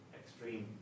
extreme